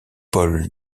paul